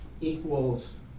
equals